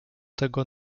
tego